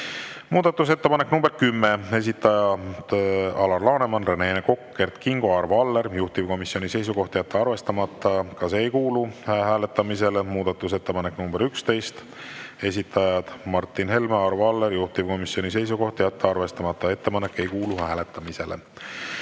Muudatusettepanek nr 10, esitajad Alar Laneman, Rene Kokk, Kert Kingo, Arvo Aller. Juhtivkomisjoni seisukoht on jätta arvestamata. Ka see ei kuulu hääletamisele. Muudatusettepanek nr 11, esitajad Martin Helme, Arvo Aller. Juhtivkomisjoni seisukoht on jätta arvestamata. Ettepanek ei kuulu hääletamisele.